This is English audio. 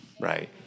Right